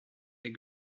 est